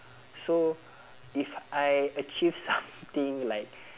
so if I achieve something like